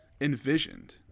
envisioned